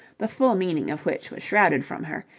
the full meaning of which was shrouded from her,